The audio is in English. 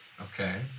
Okay